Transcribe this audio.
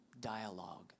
dialogue